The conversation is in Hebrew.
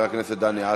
חבר הכנסת דני עטר.